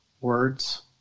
words